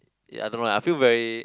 ya I don't know lah I feel very